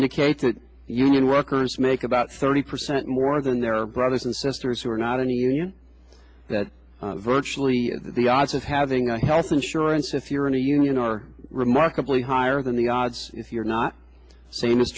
indicate that union workers make about thirty percent more than their brothers and sisters who are not any union that virtually the odds of having a health insurance if you're in a union are remarkably higher than the odds you're not same is